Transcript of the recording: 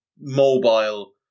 mobile